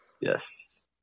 Yes